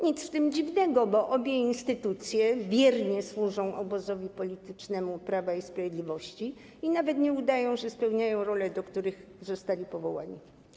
Nic w tym dziwnego, bo obie instytucje wiernie służą obozowi politycznemu Prawa i Sprawiedliwości i nawet nie udają, że spełniają role, do których zostały powołane.